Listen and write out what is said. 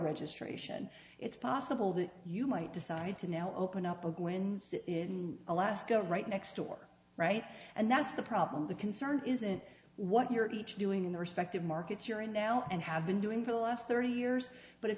registration it's possible that you might decide to now open up a wins in alaska right next door right and that's the problem the concern isn't what you're at each doing in the respective markets you're in now and have been doing for the last thirty years but if